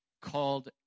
called